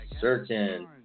certain